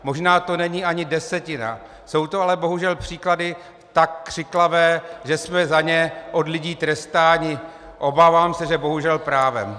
Možná to není ani desetina, jsou to ale bohužel příklady tak křiklavé, že jsme za ně od lidí trestáni obávám se, že bohužel právem.